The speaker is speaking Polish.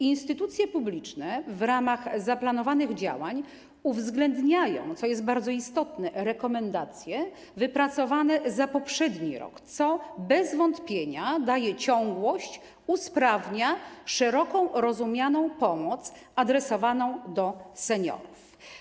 Instytucje publiczne w ramach zaplanowanych działań uwzględniają, co jest bardzo istotne, rekomendacje wypracowane za poprzedni rok, co bez wątpienia daje ciągłość, usprawnia szeroko rozumianą pomoc adresowaną do seniorów.